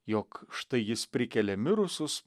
jog štai jis prikelia mirusius